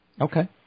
Okay